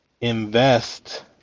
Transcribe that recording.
Invest